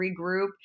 regroup